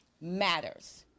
matters